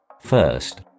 First